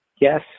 yes